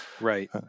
Right